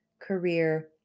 career